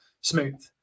smooth